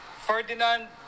Ferdinand